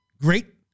great